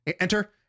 enter